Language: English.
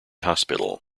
hospital